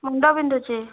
ମୁଣ୍ଡ ବିନ୍ଧୁଛି